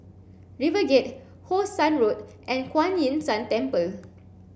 RiverGate How Sun Road and Kuan Yin San Temple